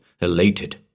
elated